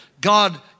God